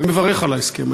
אני מברך על ההסכם.